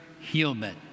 human